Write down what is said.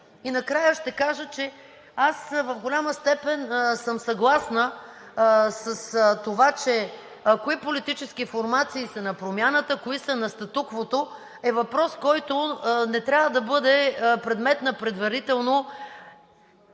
И накрая ще кажа, че аз в голяма степен съм съгласна с това кои политически формации са на промяната, кои са на статуквото е въпрос, който не трябва да бъде предмет на предварително